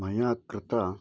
मया कृतं